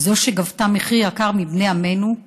זו שגבתה מחיר יקר מבני עמנו,